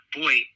boy